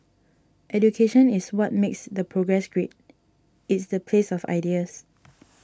education is what makes the progress great it's the place of ideas